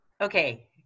Okay